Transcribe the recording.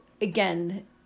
again